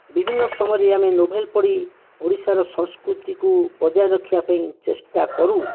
ବିଭିନ୍ନ ସମୟରେ ଆମେ ନୋଭେଲ ପଢ଼ି ଓଡ଼ିଶାର ସଂସ୍କୃତିକୁ ବଜାୟ ରଖିବା ପାଇଁ ଚେଷ୍ଟା କରୁ